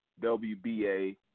WBA